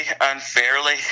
unfairly